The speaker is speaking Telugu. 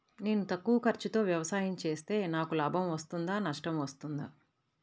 నేను తక్కువ ఖర్చుతో వ్యవసాయం చేస్తే నాకు లాభం వస్తుందా నష్టం వస్తుందా?